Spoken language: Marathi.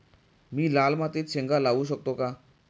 मी लाल मातीत शेंगा लावू शकतो का?